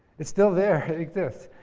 it's still there. it exists.